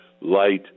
light